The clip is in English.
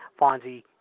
Fonzie